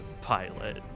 pilot